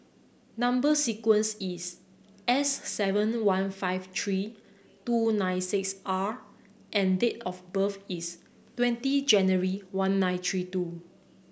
number sequence is S seven one five three two nine six R and date of birth is twenty January one nine three two